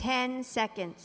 ten seconds